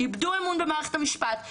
איבדו אמון במערכת המשפט,